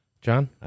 John